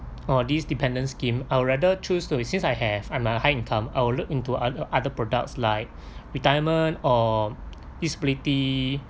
or these dependent scheme i'll rather choose to since I have I'm a high income i'll look into other other products like retirement or disability